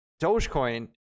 dogecoin